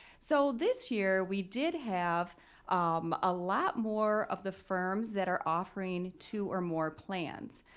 so this year, we did have um a lot more of the firms that are offering two or more plans.